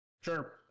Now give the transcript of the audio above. sure